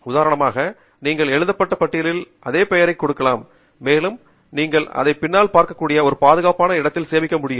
உதாரணமாக நீங்கள் எழுதப்பட்ட பட்டியலில் அதே பெயரைக் கொடுக்கலாம் மேலும் நீங்கள் அதைப் பின்னால் பார்க்கக்கூடிய ஒரு பாதுகாப்பான இடத்தில் சேமிக்க முடியும்